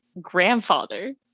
grandfather